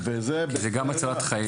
כי זה גם הצלת חיים,